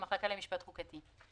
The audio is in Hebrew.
המחלקה למשפט חוקתי.